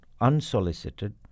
unsolicited